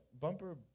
Bumper